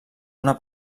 una